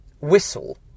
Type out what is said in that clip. whistle